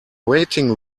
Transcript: waiting